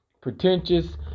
pretentious